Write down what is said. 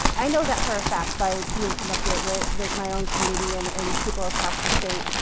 i know that for a fact, by being connected with, with my own community and and people across the state,